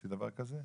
את עשית דבר כזה?